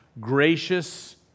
gracious